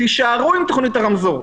תישארו עם תוכנית הרמזור,